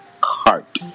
Cart